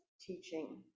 teaching